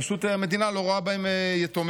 והמדינה פשוט לא רואה בהם יתומים.